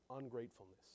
ungratefulness